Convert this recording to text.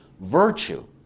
Virtue